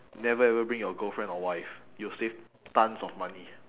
never ever bring your girlfriend or wife you'll save tons of money